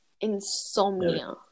Insomnia